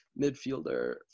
midfielder